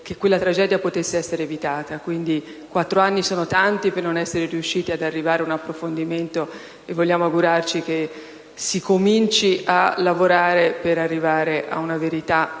che quella tragedia potesse essere evitata. Quattro anni sono tanti per non essere riusciti ad arrivare a un approfondimento: vogliamo augurarci che si cominci a lavorare per arrivare ad una verità